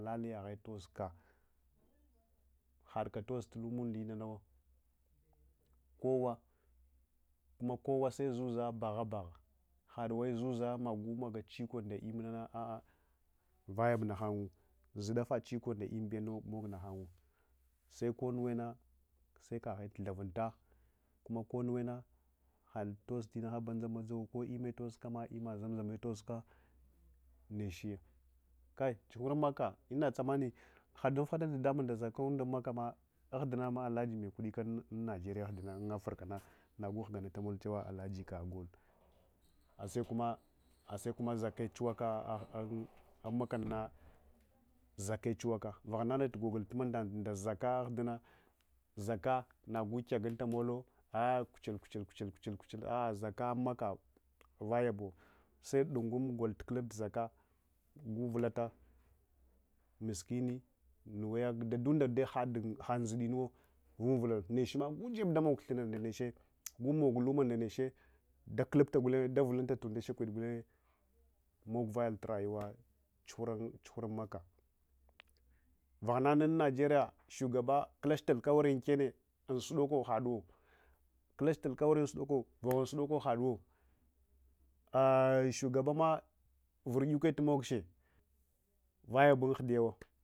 Tozka hadka toz lummunda lnana wo kowa kuma kowa sezuza bagha bagha naduwal zuza magu maga chiko nda im nana a'a vayab naghangu zudafa chikobe mog naghangu sekonnuwena sekaghet tuthavunta kuma konnuwena had toz inagha banza banzau ko imme toskama imama zamzame toska nechya kai chuhura unmakkah lnata am mani hada nuf hade dadamung nda zakunda unmakkama aghudunama alaji mekudika un un nigeria aghdna un africa aghduna nagu ghuganata chewa alaji kagh got aseksuma asekuma zakke chuwaka ah’un unmakkana na zakke chuwaka vaghanqna tugogot ma ndang nda zakkah agudune zakkah nagu kya ghuntamolo ah’ kuchul kuchul kuchul kuchul kuchul kuchul a’a zakkah ummakkah vayabuwa sedungum got tukulunt zakkah guvulata miskini nuwaya dadundi dehadun dzidinuwo vunvulal neche gumog lumma nda ndeche dakguubta gulenye davulunta tunde shakwid gulenye mogvayal tu rayuwa chunura chuhura un makkah vahensnun un nigeria shugaba kulach tul kuwari unkenne unsudoko haduwo kullach allawari unsudoko vaghun sudoko haduwo ayy' suulgasama vuryuke tumogche vayabu aghdiyawo